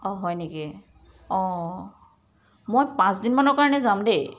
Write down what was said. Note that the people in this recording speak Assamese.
অঁ হয় নেকি অঁ মই পাঁচ দিনমানৰ কাৰণে যাম দেই